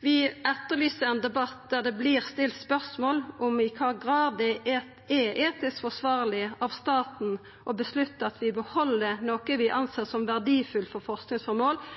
Vi etterlyser ein debatt der det vert stilt spørsmål om i kva grad det er etisk forsvarleg av staten å avgjera at vi beheld noko vi ser på som verdifullt for